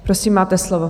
Prosím, máte slovo.